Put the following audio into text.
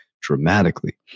dramatically